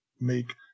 make